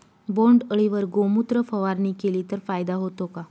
बोंडअळीवर गोमूत्र फवारणी केली तर फायदा होतो का?